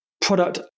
product